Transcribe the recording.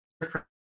different